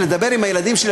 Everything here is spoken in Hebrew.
לדבר עם הילדים שלי,